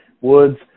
Woods